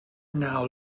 now